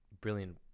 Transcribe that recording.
brilliant